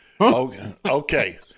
Okay